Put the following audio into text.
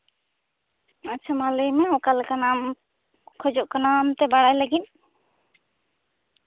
ᱟᱪᱪᱷᱟ ᱢᱟ ᱞᱟᱹᱭ ᱢᱮ ᱚᱠᱟ ᱞᱮᱠᱟᱱᱟᱜ ᱮᱢ ᱠᱷᱚᱡᱚᱜ ᱠᱟᱱᱟ ᱵᱟᱲᱟᱭ ᱞᱟᱹᱜᱤᱫ